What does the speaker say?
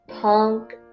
punk